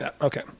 Okay